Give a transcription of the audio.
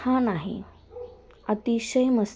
हा नाही अतिशय मस्ते